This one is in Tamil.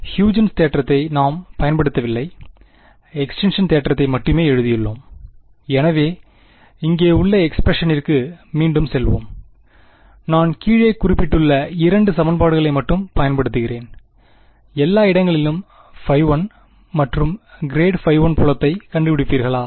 ஹ்யூஜென்ஸ்Huygen's தேற்றத்தை நாம் பயன்படுத்தவில்லை எக்ஸ்டிங்க்ஷன் தேற்றத்தை மட்டுமே எழுதியுள்ளோம் எனவே இங்கே உள்ள எக்ஸ்பிரஷனிற்கு மீண்டும் செல்வோம் நான் கீழே குறிப்பிட்டுள்ள இரண்டு சமன்பாடுகளை மட்டும் பயன்படுத்துகிறேன்எல்லா இடங்களிலும் 1 மற்றும் ∇1புலத்தைக் கண்டுபிடிப்பீர்களா